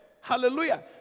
Hallelujah